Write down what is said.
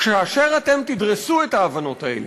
כאשר אתם תדרסו את ההבנות האלה,